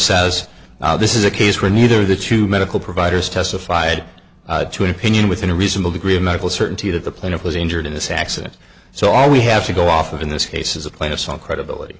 says this is a case where neither of the two medical providers testified to an opinion within a reasonable degree of medical certainty that the plaintiff was injured in this accident so all we have to go off of in this case is a plan of some credibility